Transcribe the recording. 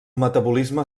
metabolisme